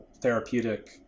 therapeutic